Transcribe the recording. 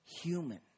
human